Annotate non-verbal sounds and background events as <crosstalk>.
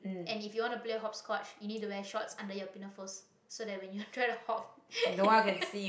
and if you want to play hopscotch you need to wear shorts under your pinafores so that when you try to hop <laughs>